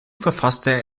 verfasste